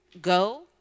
go